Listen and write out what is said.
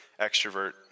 extrovert